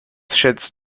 schätzt